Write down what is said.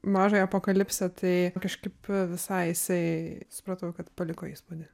mažąją apokalipsę tai kažkaip visai jisai supratau kad paliko įspūdį